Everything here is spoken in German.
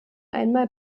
einmal